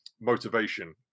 motivation